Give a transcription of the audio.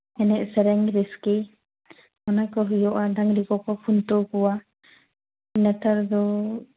ᱮᱱᱮᱡ ᱥᱮᱨᱮᱧ ᱨᱟᱹᱥᱠᱟᱹ ᱚᱱᱟ ᱠᱚ ᱦᱩᱭᱩᱜᱼᱟ ᱰᱟᱝᱨᱤ ᱠᱚᱠᱚ ᱠᱷᱩᱱᱴᱟᱹᱣ ᱠᱚᱣᱟ ᱱᱮᱛᱟᱨ ᱫᱚ